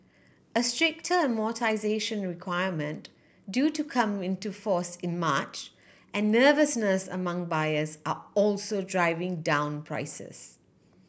a stricter amortisation requirement due to come into force in March and nervousness among buyers are also driving down prices